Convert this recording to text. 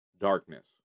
darkness